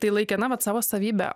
tai laikė na vat savo savybe